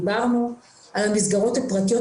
דיברנו על המסגרות הפרטיות,